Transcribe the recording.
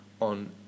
on